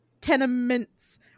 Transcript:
tenements